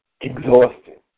exhausted